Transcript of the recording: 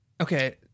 Okay